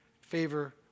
favor